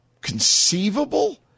conceivable